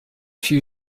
few